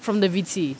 from the videos